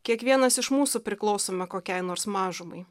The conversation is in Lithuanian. kiekvienas iš mūsų priklausome kokiai nors mažumai